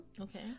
Okay